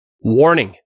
Warning